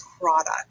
product